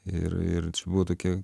ir ir čia buvo tokia